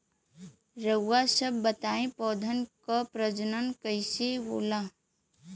रउआ सभ बताई पौधन क प्रजनन कईसे होला?